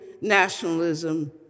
nationalism